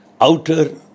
outer